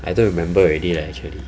I don't remember already leh actually